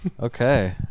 Okay